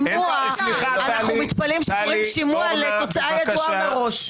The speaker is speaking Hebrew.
אנחנו מתפלאים שקוראים "שימוע" לתוצאה ידועה מראש.